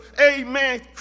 amen